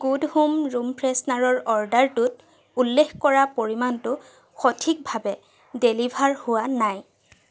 good home room ফ্ৰেছনাৰৰ অৰ্ডাৰটোত উল্লেখ কৰা পৰিমাণটো সঠিকভাৱে ডেলিভাৰ হোৱা নাই